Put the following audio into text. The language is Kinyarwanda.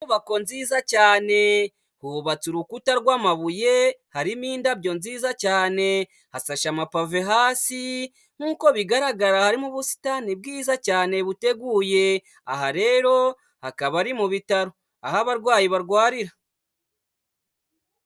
Inyubako nziza cyane, hubatse urukuta rw'amabuye, harimo indabyo nziza cyane, hafasha amapave hasi nk'uko bigaragara harimo ubusitani bwiza cyane buteguye, aha rero hakaba ari mu bitaro aho abarwayi barwarira.